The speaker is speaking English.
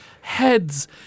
heads